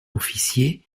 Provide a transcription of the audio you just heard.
officier